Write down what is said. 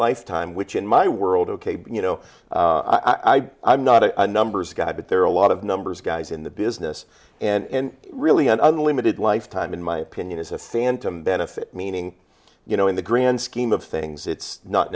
lifetime which in my world ok but you know i i i'm not a numbers guy but there are a lot of numbers guys in the business and really an unlimited lifetime in my opinion is a phantom benefit meaning you know in the grand scheme of things it's not